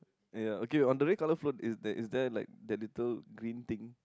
ya okay on the way color front is that is there is like that little green thing